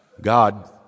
God